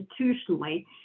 institutionally